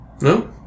no